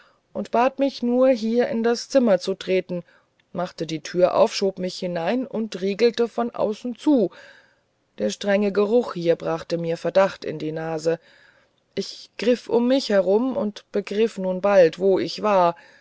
und bat mich nur hier in das zimmer zu treten machte die tür auf schob mich hinein und riegelte von außen zu der strenge geruch hier brachte mir verdacht in die nase ich griff um mich herum und begriff nun bald wo ich war